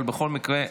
אבל בכל מקרה,